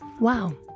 Wow